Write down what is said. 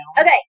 Okay